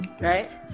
Right